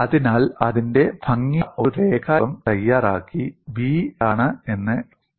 അതിനാൽ അതിന്റെ ഭംഗിയുള്ള ഒരു രേഖാചിത്രം തയ്യാറാക്കി v എന്താണ് എന്ന് എഴുതുക